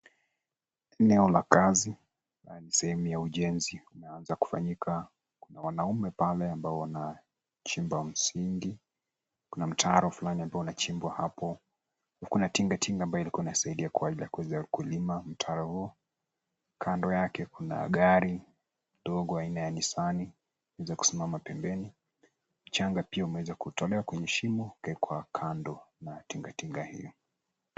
Eneo la kazi na ni sehemu ya ujenzi unaanza kufanyika na wanaume pale ambao wanachimba msingi . kuna mtaro fulani ambao unachimbwa hapo, na kuna tingatinga ambayo ilikua inasaidia kwa ile kulima mtaro huo .kando yake kuna gari dogo aina ya nisani imekuja kusimama pembeni ,mchanga pia umeweza kutolewa kwenye shimo ukaekwa kando na tingatinga hio.